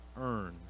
earn